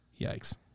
Yikes